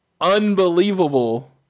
unbelievable